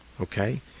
Okay